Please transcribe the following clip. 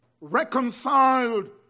reconciled